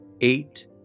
eight